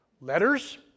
Letters